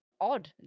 odd